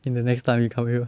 in the next time he come here